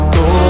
go